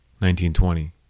1920